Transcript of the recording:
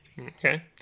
okay